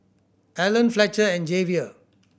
Alan Fletcher and Javier